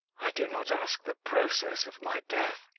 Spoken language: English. i do not ask the process of my death